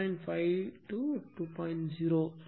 5 2